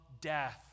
death